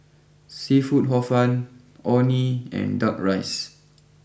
Seafood Hor fun Orh Nee and Duck Rice